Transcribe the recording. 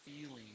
feeling